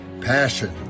passion